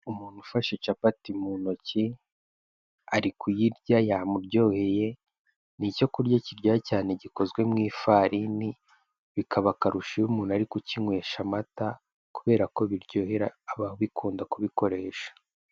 Umuntu ufashe capati mu ntoki ari kuyirya yamuryoheye ni icyo kurya kiryoha cyane gikozwe mu ifarini bikaba akarusho iyo umuntu ari kukinywesha amata kubera ko biryohera ababikunda kubikoresha.